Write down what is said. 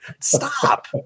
Stop